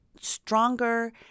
stronger